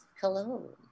hello